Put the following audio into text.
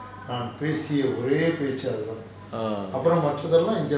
uh